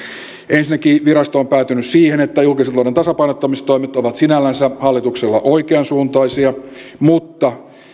ensinnäkin virasto on päätynyt siihen että julkisen talouden tasapainottamistoimet ovat sinällänsä hallituksella oikeansuuntaisia mutta